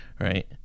Right